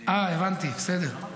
בסדר,